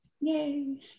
Yay